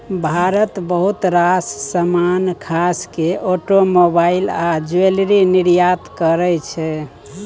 भारत बहुत रास समान खास केँ आटोमोबाइल आ ज्वैलरी निर्यात करय छै